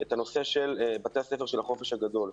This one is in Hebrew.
את הנושא של בתי הספר של החופש הגדול.